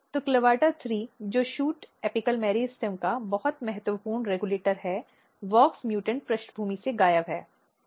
तो CLAVATA3 जो shoot apical meristem का बहुत महत्वपूर्ण रेगुलेटर है wox म्यूटेंट पृष्ठभूमि में गायब है